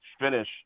finish